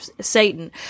Satan